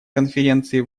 конференции